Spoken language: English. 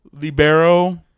libero